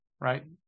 right